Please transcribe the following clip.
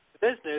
business